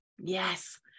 Yes